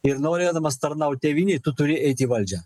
ir norėdamas tarnaut tėvynei turi eit į valdžią